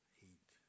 heat